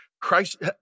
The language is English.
Christ